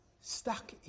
Stuck